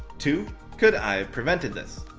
two could i have prevented this?